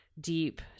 deep